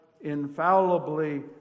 infallibly